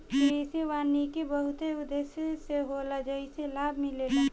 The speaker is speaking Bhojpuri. कृषि वानिकी बहुते उद्देश्य से होला जेइसे लाभ मिलेला